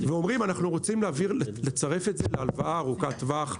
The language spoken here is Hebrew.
ואומרים אנחנו רוצים לצרף את זה להלוואה ארוכת טווח,